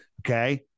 Okay